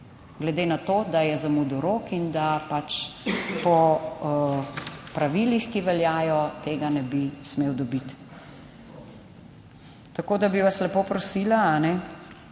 glede na to, da je zamudil rok in da pač po pravilih, ki veljajo, tega ne bi smel dobiti. Tako da bi vas lepo prosila, da mi